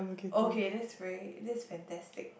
okay that's very this is fantastic